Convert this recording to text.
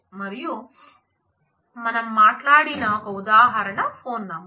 మరియు మనం మాట్లాడిన ఒక ఉదాహరణ ఫోన్ నంబర్